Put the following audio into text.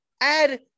add